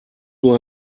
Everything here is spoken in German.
nur